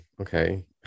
okay